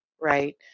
right